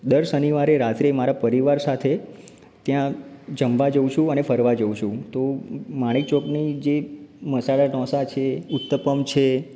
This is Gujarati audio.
દર શનિવારે રાત્રે મારા પરિવાર સાથે ત્યાં જમવા જાઉં છું અને ફરવા જાઉં છું તો માણેકચોકની જે મસાલા ઢોસા છે ઉત્તપમ છે